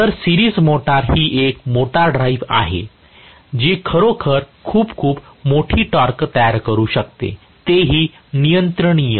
तर series motor ही एक मोटार ड्राईव्ह आहे जी खरोखर खूप खूप मोठी टॉर्क तयार करू शकते तेही नियंत्रणीय